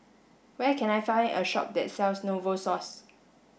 where can I find a shop that sells Novosource